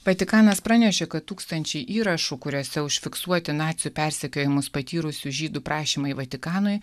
vatikanas pranešė kad tūkstančiai įrašų kuriuose užfiksuoti nacių persekiojimus patyrusių žydų prašymai vatikanui